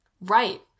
Right